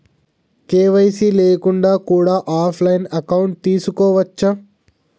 KYC లేకుండా కూడా offline account తీసుకోవచ్చా?